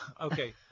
Okay